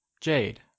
Jade